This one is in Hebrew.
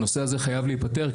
הנושא הזה חייב להיפתר.